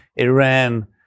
Iran